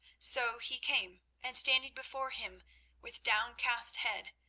so he came, and, standing before him with downcast head,